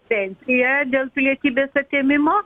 pensija dėl pilietybės atėmimo